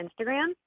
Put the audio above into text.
Instagram